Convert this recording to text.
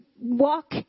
walk